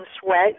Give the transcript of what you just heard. sweat